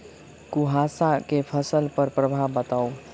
कुहासा केँ फसल पर प्रभाव बताउ?